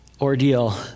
ordeal